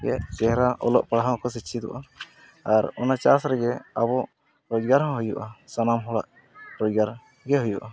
ᱥᱮ ᱪᱮᱦᱨᱟ ᱚᱞᱚᱜ ᱯᱟᱲᱦᱟᱣ ᱦᱚᱸᱠᱚ ᱥᱮᱪᱮᱫᱚᱜᱼᱟ ᱟᱨ ᱚᱱᱟ ᱪᱟᱥ ᱨᱮᱜᱮ ᱟᱵᱚ ᱨᱳᱡᱽᱜᱟᱨ ᱦᱚᱸ ᱦᱩᱭᱩᱜᱼᱟ ᱥᱟᱱᱟᱢ ᱦᱚᱲᱟᱜ ᱨᱳᱡᱽᱜᱟᱨ ᱜᱮ ᱦᱩᱭᱩᱜᱼᱟ